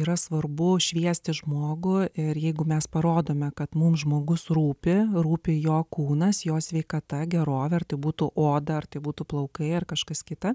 yra svarbu šviesti žmogų ir jeigu mes parodome kad mums žmogus rūpi rūpi jo kūnas jo sveikata gerovė ar tai būtų oda ar tai būtų plaukai ar kažkas kita